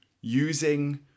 using